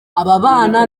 ababana